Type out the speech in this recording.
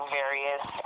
various